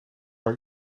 haar